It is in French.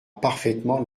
parfaitement